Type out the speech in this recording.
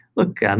look. and